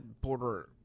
border